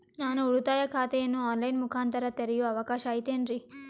ನಾನು ಉಳಿತಾಯ ಖಾತೆಯನ್ನು ಆನ್ ಲೈನ್ ಮುಖಾಂತರ ತೆರಿಯೋ ಅವಕಾಶ ಐತೇನ್ರಿ?